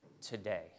today